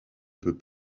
peut